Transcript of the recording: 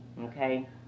okay